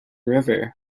river